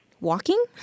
walking